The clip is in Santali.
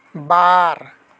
ᱵᱟᱨ